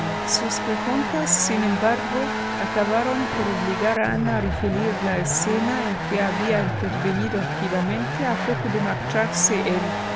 sus preguntas sin embargo acabaron por obligar a ana a referir la escena en que había intervenido activamente a poco de marcharse él